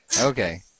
okay